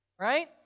right